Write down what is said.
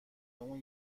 اون